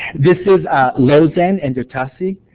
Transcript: this is lozen and dahtetse.